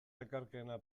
lekarkeena